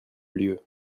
lieu